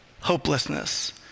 hopelessness